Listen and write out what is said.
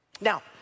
Now